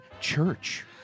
church